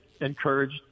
encouraged